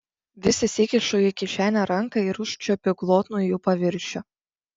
vis įsikišu į kišenę ranką ir užčiuopiu glotnų jų paviršių